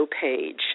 page